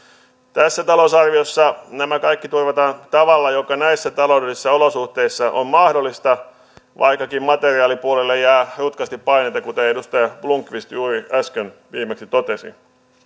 tässä talousarviossa nämä kaikki turvataan tavalla joka näissä taloudellisissa olosuhteissa on mahdollista vaikkakin materiaalipuolelle jää rutkasti paineita kuten edustaja blomqvist juuri äsken viimeksi totesi